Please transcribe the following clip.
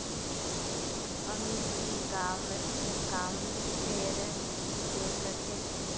अमित ई कॉमर्सेर विशेषज्ञ छे